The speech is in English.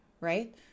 right